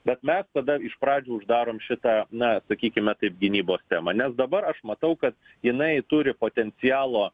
bet mes tada iš pradžių uždarom šitą na sakykime taip gynybos temą nes dabar aš matau kad jinai turi potencialo